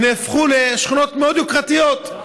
נהפכו לשכונות מאוד יוקרתיות,